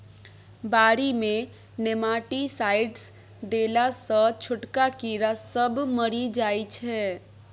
बारी मे नेमाटीसाइडस देला सँ छोटका कीड़ा सब मरि जाइ छै